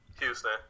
Houston